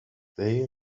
day